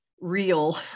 real